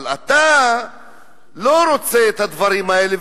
אבל אתה לא רוצה את הדברים האלה,